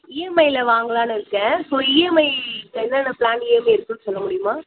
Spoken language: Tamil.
இஎம்ஐயில் வாங்கலாம்னு இருக்கேன் ஸோ இஎம்ஐ என்னென்ன ப்ளான் இஎம்ஐ இருக்குதுன் சொல்ல முடியுமா